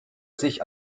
sich